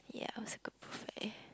yeah it was a good buffet